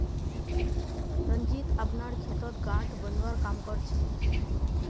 रंजीत अपनार खेतत गांठ बांधवार काम कर छेक